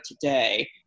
today